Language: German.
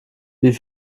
wie